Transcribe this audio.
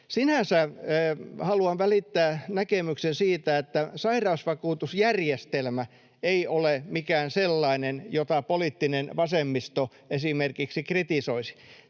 Sinänsä haluan välittää näkemyksen siitä, että sairausvakuutusjärjestelmä ei ole mikään sellainen, jota poliittinen vasemmisto esimerkiksi kritisoisi.